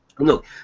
Look